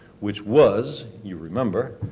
which was, you remember,